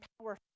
powerful